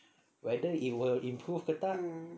whether it will improve ke tak